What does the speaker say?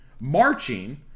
marching